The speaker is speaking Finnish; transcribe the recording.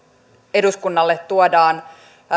eduskunnalle tuodaan